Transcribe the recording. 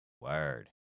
Word